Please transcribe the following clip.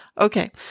Okay